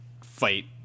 fight